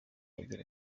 agira